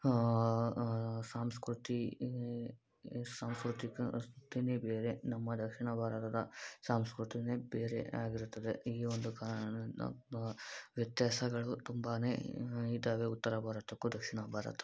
ಸಂಸ್ಕೃತಿ ಸಂಸ್ಕೃತಿ ಸ್ಕೃತಿನೇ ಬೇರೆ ನಮ್ಮ ದಕ್ಷಿಣ ಭಾರತದ ಸಂಸ್ಕೃತಿಯೇ ಬೇರೆ ಆಗಿರುತ್ತದೆ ಇಲ್ಲಿ ಒಂದು ಕಾರಣದಿಂದ ವ್ಯತ್ಯಾಸಗಳು ತುಂಬ ಇದ್ದಾವೆ ಉತ್ತರ ಭಾರತಕ್ಕೂ ದಕ್ಷಿಣ ಭಾರತಕ್ಕೂ